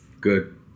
Good